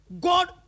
God